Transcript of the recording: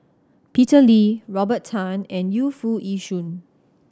Peter Lee Robert Tan and Yu Foo Yee Shoon